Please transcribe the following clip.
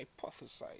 hypothesize